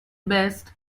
best